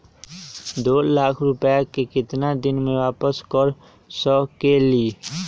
दो लाख रुपया के केतना दिन में वापस कर सकेली?